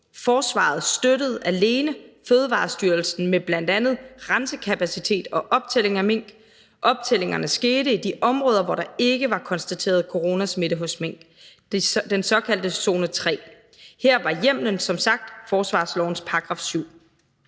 Forsvaret støttede alene Fødevarestyrelsen med bl.a. rensekapacitet og optælling af mink. Optællingerne skete i de områder, hvor der ikke var konstateret coronasmitte hos mink, i den såkaldte zone 3. Her var hjemmelen som sagt forsvarslovens § 7.